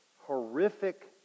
horrific